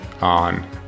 on